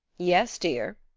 yes, dear,